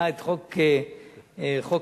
היה חוק החופים,